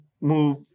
move